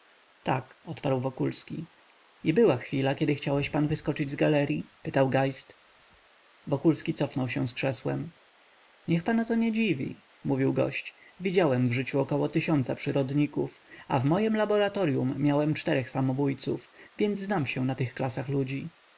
tak odparł wokulski i była chwila że chciałeś pan wyskoczyć z galeryi pytał geist wokulski cofnął się z krzesłem niech pana to nie dziwi mówił gość widziałem w życiu około tysiąca przyrodników a w mojem laboratoryum miałem czterech samobójców więc znam się na tych klasach ludzi